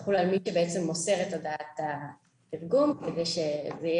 תחול על מי שמוסר את ההודעה כדי שזה יהיה